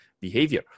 behavior